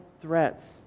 threats